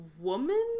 woman